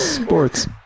Sports